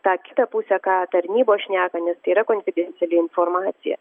tą kitą pusę ką tarnybos šneka nes tai yra konfidenciali informacija